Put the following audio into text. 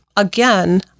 Again